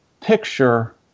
picture